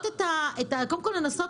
קודם כול לנסות